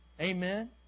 amen